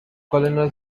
colonel